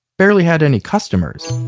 barely had any customers.